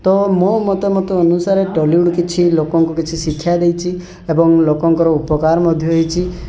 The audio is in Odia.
ତ ମୋ ମତାମତ ଅନୁସାରେ ଟଲିଉଡ଼୍ କିଛି ଲୋକଙ୍କୁ କିଛି ଶିକ୍ଷା ଦେଇଛି ଏବଂ ଲୋକଙ୍କର ଉପକାର ମଧ୍ୟ ହେଇଛି